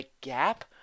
gap